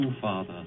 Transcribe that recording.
father